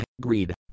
greed